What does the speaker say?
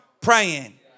praying